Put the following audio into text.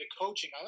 coaching